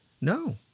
No